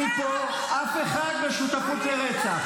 את לא תאשימי פה אף אחד בשותפות לרצח.